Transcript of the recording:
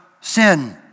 sin